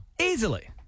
Easily